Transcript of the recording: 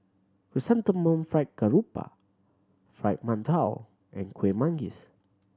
Chrysanthemum Fried Garoupa Fried Mantou and Kueh Manggis